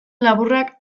laburrak